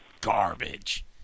garbage